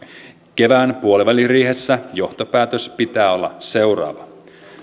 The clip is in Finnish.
kevään puoliväliriihessä johtopäätöksen pitää olla seuraava